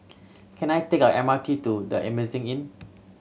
can I take a M R T to The Amazing Inn